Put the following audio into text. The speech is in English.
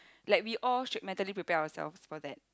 like we all should mentally prepare ourselves for that